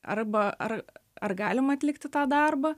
arba ar ar galima atlikti tą darbą